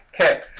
Okay